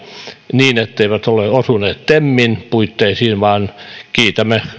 niin etteivät ne ole osuneet temin puitteisiin ja kiitämme